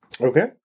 Okay